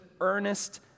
earnest